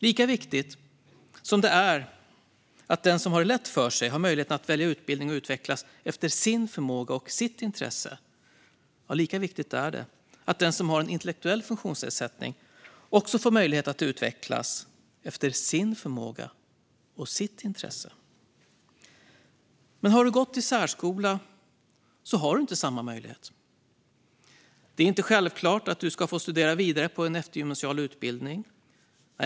Lika viktigt som det är att den som har lätt för sig har möjlighet att välja utbildning och utvecklas efter sin förmåga och sitt intresse är det att den som har en intellektuell funktionsnedsättning också får möjlighet att utvecklas efter sin förmåga och sitt intresse. Men har du gått i särskola har du inte samma möjlighet. Det är inte självklart att du ska få studera vidare på en eftergymnasial utbildning.